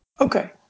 Okay